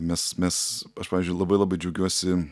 mes mes pavyzdžiui labai labai džiaugiuosi